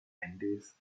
handys